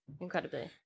incredibly